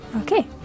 Okay